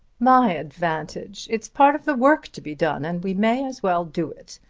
my advantage! it's part of the work to be done and we may as well do it.